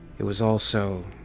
it was all so.